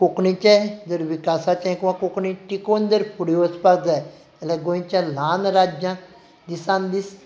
आतां कोंकणीचें जर विकासाचें वा कोंकणी टिकोवन जर फुडें वचपाक जाय जाल्यार गोंयच्या ल्हान राज्यांक दिसान दीस